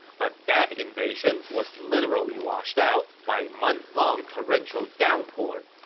but that invasion was literally washed out by a monthlong torrential downpour.